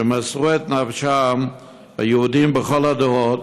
שמסרו את נפשם היהודים בכל הדורות,